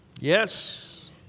Yes